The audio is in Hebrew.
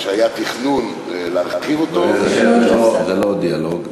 היה תכנון להרחיב אותו, זה לא דיאלוג.